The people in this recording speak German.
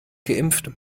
geimpft